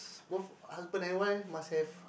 both husband and wife must have